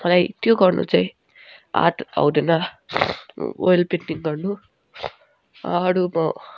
मलाई त्यो गर्नु चाहिँ आँट आउँदैन ओयल पेन्टिङ गर्नु अरू म